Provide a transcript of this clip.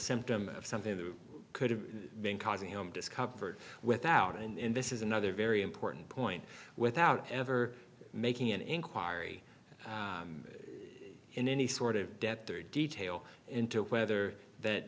symptom of something that could have been causing him discovered without it and this is another very important point without ever making an inquiry in any sort of depth or detail into whether that